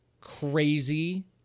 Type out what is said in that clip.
crazy